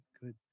good